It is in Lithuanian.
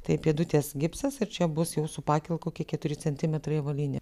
taip pėdutės gipsas ir čia bus jūsų pakyl kokį keturi centimetrai avalynė